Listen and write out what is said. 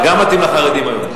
זה גם מתאים לחרדים היום.